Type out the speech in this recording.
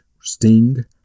Sting